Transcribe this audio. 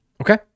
okay